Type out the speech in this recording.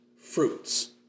Fruits